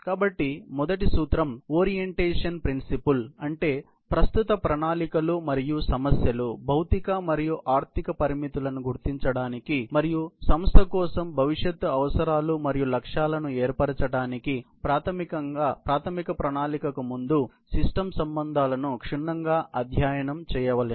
కాబట్టి మొదటి సూత్రం ఓరియెంటేషన్ ప్రిన్సిపుల్ అంటే ప్రస్తుత ప్రణాళికలు మరియు సమస్యలు భౌతిక మరియు ఆర్ధిక పరిమితులను గుర్తించడానికి మరియు సంస్థ కోసం భవిష్యత్ అవసరాలు మరియు లక్ష్యాలను ఏర్పరచటానికి ప్రాథమిక ప్రణాళికకు ముందు సిస్టమ్ సంబంధాలను క్షుణ్ణంగా అధ్యయనం చేయండి